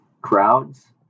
Crowds